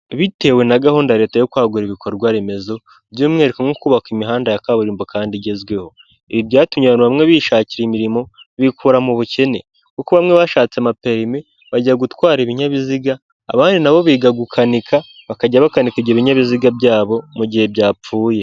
Bitewe na gahunda ya leta yo kwagura ibikorwa remezo by'umwihariko nko kubaka imihanda ya kaburimbo kandi igezweho, ibi byatumye abantu bamwe bishakira imirimo bikura mu bukene. Kuko bamwe bashatse amaperimi bajya gutwara ibinyabiziga, abandi nabo biga gukanika bakajya bakanika ibyobinyabiziga byabo mu gihe byapfuye.